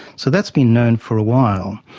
so that's been known for a while.